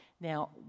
now